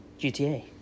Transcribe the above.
GTA